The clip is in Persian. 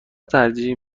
ترجیح